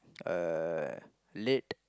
uh late